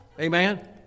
Amen